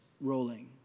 rolling